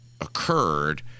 occurred